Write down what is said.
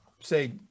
say